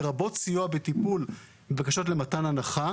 לרבות סיוע בטיפול בבקשות למתן הנחה